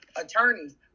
attorneys